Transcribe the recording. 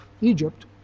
egypt